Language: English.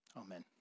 Amen